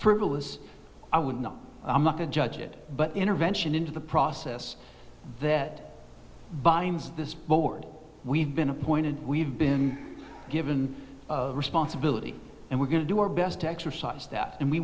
frivolous i would not judge it but intervention into the process that binds this board we've been appointed we've been given responsibility and we're going to do our best to exercise that and we